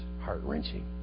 heart-wrenching